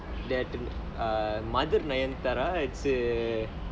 there to err mother nayanthara